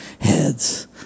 heads